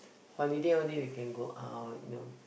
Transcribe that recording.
holiday only we can go out you know